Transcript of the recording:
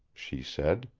she said.